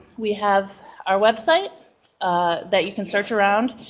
we have our website that you can search around.